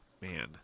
Man